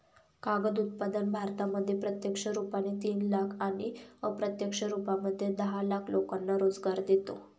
कागद उत्पादन भारतामध्ये प्रत्यक्ष रुपाने तीन लाख आणि अप्रत्यक्ष रूपामध्ये दहा लाख लोकांना रोजगार देतो